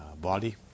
body